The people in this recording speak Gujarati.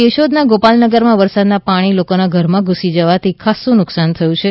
કેશોદના ગોપાલનગરમાં વરસાદના પાણી લોકોના ઘરમાં ધૂસી જવાથી ખાસ્સું નુકશાન થયું છે